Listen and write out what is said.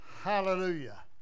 Hallelujah